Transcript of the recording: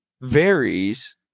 varies